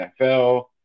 NFL